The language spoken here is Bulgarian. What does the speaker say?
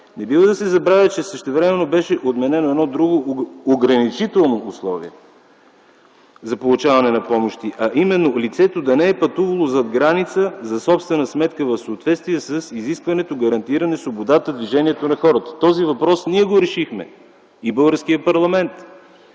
Не бива да се забравя, че същевременно беше отменено едно друго ограничително условие за получаване на помощи, а именно лицето да не е пътувало зад граница за собствена сметка в съответствие с изискването – гарантиране свободата на движението на хората. Този въпрос ние го решихме! И българският парламент!